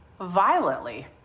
violently